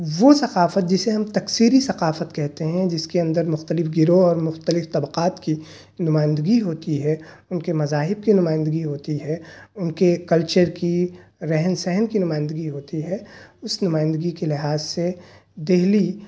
زو ثقافت جسے ہم تکثیری ثقافت کہتے ہیں جس کے اندر مختلف گروہ اور مختلف طبقات کی نمائندگی ہوتی ہے ان کے مذاہب کی نمائندگی ہوتی ہے ان کے کلچر کی رہن سہن کی نمائندگی ہوتی ہے اس نمائندگی کی لحاظ سے دہلی